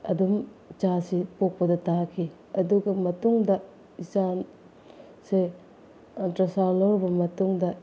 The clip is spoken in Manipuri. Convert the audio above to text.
ꯑꯗꯨꯝ ꯏꯆꯥꯁꯤ ꯄꯣꯛꯄꯗ ꯇꯥꯈꯤ ꯑꯗꯨꯒ ꯃꯇꯨꯡꯗ ꯏꯆꯥꯁꯦ ꯑꯜꯇ꯭ꯔꯥ ꯁꯥꯎꯟ ꯂꯧꯔꯨꯕ ꯃꯇꯨꯡꯗ